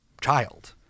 child